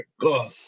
God